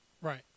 Right